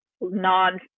non